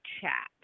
chat